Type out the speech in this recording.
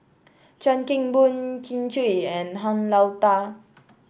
Chuan Keng Boon Kin Chui and Han Lao Da